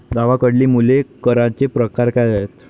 गावाकडली मुले करांचे प्रकार काय आहेत?